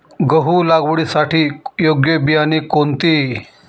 गहू लागवडीसाठी योग्य बियाणे कोणते?